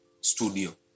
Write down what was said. Studio